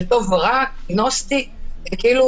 אנחנו בעצמנו לא יודעים כשאנחנו מתווכחים